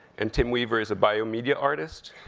and tim weaver is a biomedia artist.